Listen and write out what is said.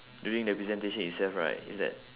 during the presentation itself right is that